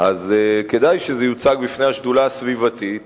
כדאי שזה יוצג בפני השדולה הסביבתית